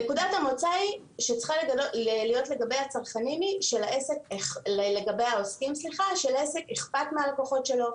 נקודת המוצא שצריכה להיות לגבי העוסקים היא שלעסק אכפת מהלקוחות שלו,